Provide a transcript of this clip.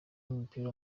w’umupira